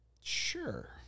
Sure